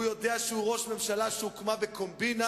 הוא יודע שהוא ראש ממשלה שהוקמה בקומבינה,